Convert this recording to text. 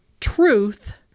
truth